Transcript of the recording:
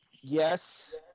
Yes